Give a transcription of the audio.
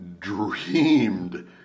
dreamed